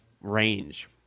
range